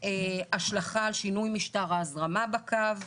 השלכה על שינוי משטר ההזרמה בקו,